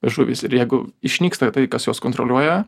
žuvys ir jeigu išnyksta tai kas juos kontroliuoja